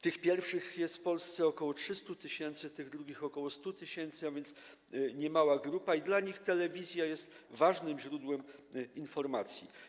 Tych pierwszych jest w Polsce ok. 300 tys., tych drugich - ok. 100 tys., a więc niemała grupa, i dla nich telewizja jest ważnym źródłem informacji.